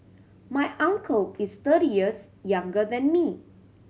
my uncle is thirty years younger than me